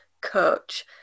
Coach